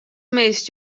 meest